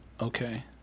Okay